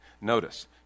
Notice